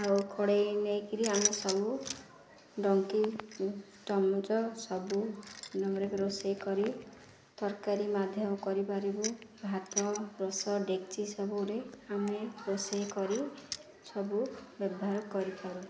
ଆଉ କଡ଼େଇ ନେଇକିରି ଆମେ ସବୁ ଡଙ୍କି ଚାମଚ ସବୁ ରୋଷେଇ କରି ତରକାରୀ ମଧ୍ୟ କରିପାରିବୁ ଭାତ ରୋଷ ଡେକିଚି ସବୁରେ ଆମେ ରୋଷେଇ କରି ସବୁ ବ୍ୟବହାର କରିପାରୁ